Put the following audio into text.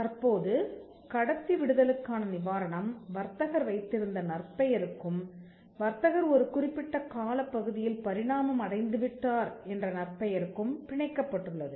தற்போது கடத்தி விடுதலுக்கான நிவாரணம் வர்த்தகர் வைத்திருந்த நற்பெயருக்கும் வர்த்தகர் ஒரு குறிப்பிட்ட காலப்பகுதியில் பரிணாமம் அடைந்து விட்டார் என்ற நற்பெயருக்கும் பிணைக்கப்பட்டுள்ளது